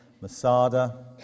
Masada